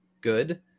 good